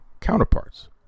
counterparts